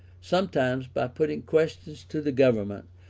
sometimes by putting questions to the government,